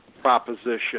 proposition